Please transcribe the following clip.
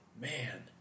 man